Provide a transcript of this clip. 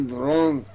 wrong